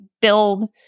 build